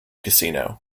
casino